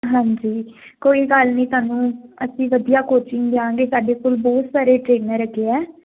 ਹਾਂਜੀ ਕੋਈ ਗੱਲ ਨੀ ਤੁਹਾਨੂੰ ਅਸੀਂ ਵਧੀਆ ਕੋਚਿੰਗ ਦਿਆਂਗੇ ਸਾਡੇ ਕੋਲ ਬਹੁਤ ਸਾਰੇ ਟ੍ਰੇਨਿੰਗ ਹੈਗੇ ਆ